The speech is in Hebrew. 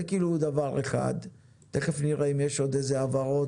זה כאילו דבר אחד ותיכף נראה אם יש עוד איזה הבהרות